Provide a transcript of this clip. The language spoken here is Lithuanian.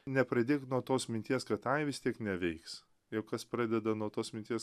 nepradėk nuo tos minties kad ai vis tiek neveiks jog kas pradeda nuo tos minties